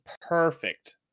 perfect